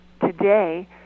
today